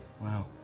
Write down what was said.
Wow